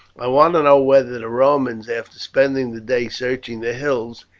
i want to know whether the romans, after spending the day searching the hills,